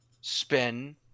spin